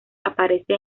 aparece